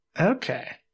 Okay